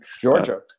Georgia